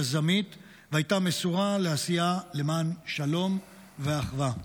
יזמית והייתה מסורה לעשייה למען שלום ואחווה.